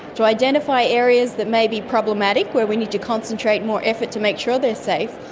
to identify areas that may be problematic where we need to concentrate more effort to make sure they're safe,